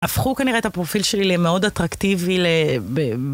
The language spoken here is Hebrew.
הפכו כנראה את הפרופיל שלי למאוד אטרקטיבי למה?